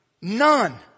None